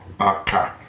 Okay